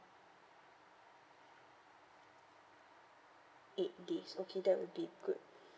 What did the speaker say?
eight days okay that will be good